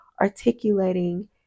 articulating